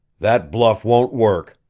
that bluff won't work,